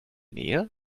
nähe